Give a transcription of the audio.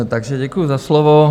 Takže děkuji za slovo.